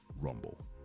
Rumble